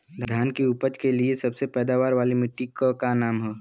धान की उपज के लिए सबसे पैदावार वाली मिट्टी क का नाम ह?